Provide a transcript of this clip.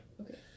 Okay